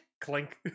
Clink